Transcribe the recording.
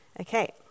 okay